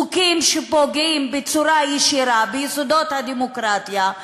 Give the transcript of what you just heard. חוקים שפוגעים בצורה ישירה ביסודות הדמוקרטיה,